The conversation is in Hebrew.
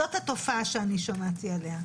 זאת התופעה שאני שמעתי עליה.